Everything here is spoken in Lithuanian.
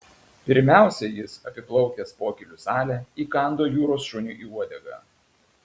pirmiausia jis apiplaukęs pokylių salę įkando jūros šuniui į uodegą